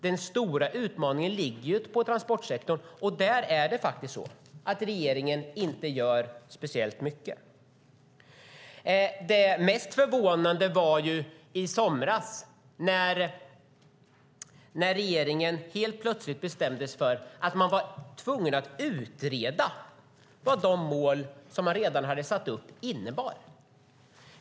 Den stora utmaningen ligger på transportsektorn, och där är det faktiskt så att regeringen inte gör speciellt mycket. Det mest förvånande var i somras när regeringen helt plötsligt bestämde sig för att man var tvungen att utreda vad de mål man redan hade satt upp innebar.